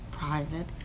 Private